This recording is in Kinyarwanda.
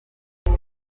muri